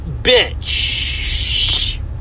bitch